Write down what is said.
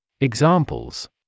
Examples